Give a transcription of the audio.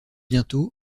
bientôt